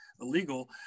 illegal